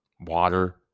water